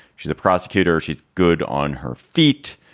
she's a prosecutor. she's good on her feet.